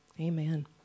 Amen